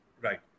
right